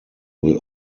will